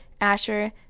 Asher